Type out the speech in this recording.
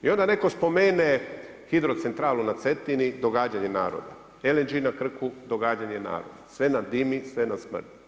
I onda netko spomene hidrocentralu na Cetini, događanja naroda, LNG na Krku, događanja naroda, sve nam dimi, sve nam smrdi.